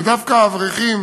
ודווקא אברכים